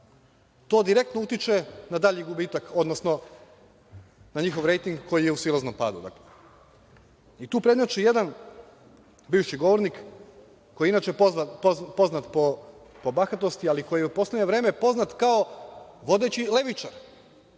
to direktno utiče na dalji gubitak, odnosno na njihov rejting koji je u silaznom padu. Tu prednjači jedan bivši govornik, koji je inače poznat po bahatosti, ali koji je u poslednje vreme poznat kao vodeći levičar,